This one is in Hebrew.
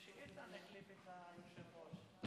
חברי הכנסת, הממשלה שהתיימרה להיות ממשלת השינוי,